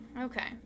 Okay